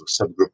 subgroup